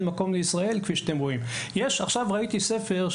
בפלסטין החופשית,